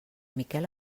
miquel